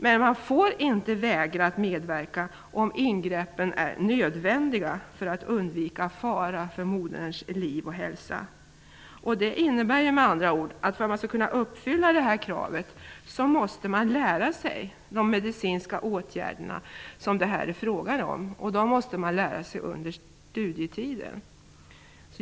Men man får inte vägra att medverka om ingreppen är nödvändiga för att undvika fara för moderns liv och hälsa. Det innebär ju att man för att kunna uppfylla det kravet måste lära sig de medicinska åtgärder det är fråga om. Dem måste man lära sig under studietiden.